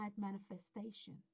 manifestation